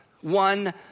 one